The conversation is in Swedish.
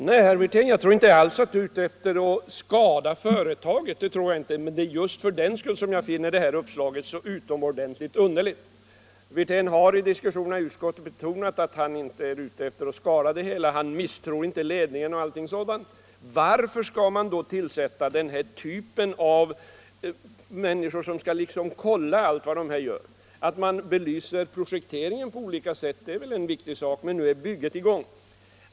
Fru talman! Nej, jag tror inte alls att herr Wirtén är ute efter att skada företaget, men just för den skull finner jag det här uppslaget utomordentligt underligt. Herr Wirtén har under diskussionerna i utskottet betonat att han inte är ute efter att skada projektet, att han inte misstror ledningen osv. Varför skall man då tillsätta människor med uppgift att kolla allt företagsledningen gör? Att projekteringen blir belyst på olika sätt är viktigt, men nu är bygget i gång.